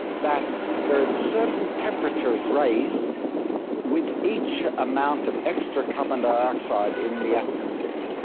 that there is a certain temperature raise with each amount of extra carbon dioxide in the atmosphere.